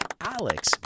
Alex